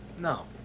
No